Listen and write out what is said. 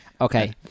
Okay